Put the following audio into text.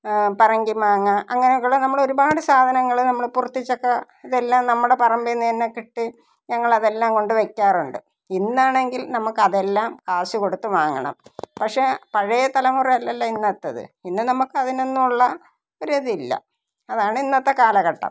പറങ്കി മാങ്ങ അങ്ങനെയൊക്കെ ഉള്ള നമ്മളൊരുപാട് സാധനങ്ങൾ നമ്മൾ പൂർത്തിച്ചക്ക ഇതെല്ലാം നമ്മുടെ പറമ്പിൽ നിന്ന് തന്നെ കിട്ടി ഞങ്ങളതെല്ലാം കൊണ്ട് വെയ്ക്കാറുണ്ട് ഇന്നാണെങ്കിൽ നമുക്കതെല്ലാം കാശ് കൊടുത്ത് വാങ്ങണം പക്ഷേ പഴയ തലമുറ അല്ലല്ലോ ഇന്നത്തത് ഇന്ന് നമുക്ക് അതിനൊന്നുമുള്ള ഒരിതില്ല അതാണ് ഇന്നത്തെ കാലഘട്ടം